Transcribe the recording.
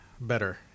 better